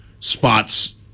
spots